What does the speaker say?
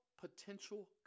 potential